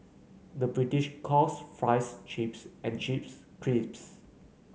the British calls fries chips and chips crisps